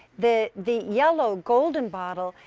the the yellow golden bottle,